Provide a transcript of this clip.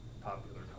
popular